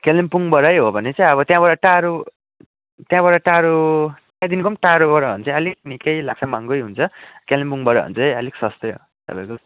कालिम्पोङबाटै हो भने चाहिँ अब त्यहाँबाट टाढो त्यहाँबाट टाढो त्यहाँदेखि टाढोबाट हो भने चाहिँ अलिक निकै लाग्छ महँगै हुन्छ कालिम्पोङबाट हो भने चाहिँ अलिक सस्तै हो तपाईँको